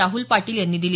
राहुल पाटील यांनी दिली